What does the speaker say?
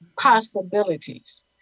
possibilities